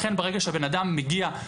לכן ברגע שהבן-אדם מגיע,